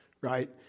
right